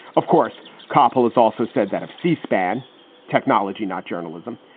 of course, koppel has also said that if c-span technology, not journalism.